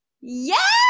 yes